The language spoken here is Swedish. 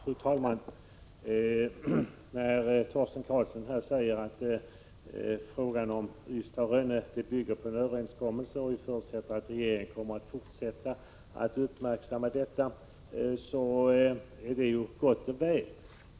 Fru talman! När Torsten Karlsson säger att klassificeringen av färjelinjen Ystad— Rönne bygger på en överenskommelse och förutsätter att regeringen kommer att fortsätta att uppmärksamma frågan, är det gott och väl.